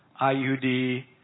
IUD